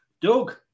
Doug